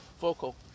Vocal